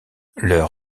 leur